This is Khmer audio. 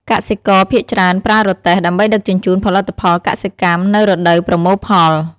កសិករភាគច្រើនប្រើរទេះ ដើម្បីដឹកជញ្ជូនផលិតផលកសិកម្មនៅរដូវប្រមូលផល។